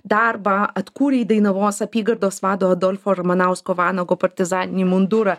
darbą atkūrei dainavos apygardos vado adolfo ramanausko vanago partizaninį mundurą